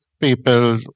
people